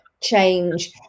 change